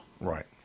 Right